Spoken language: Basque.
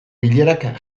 bilerak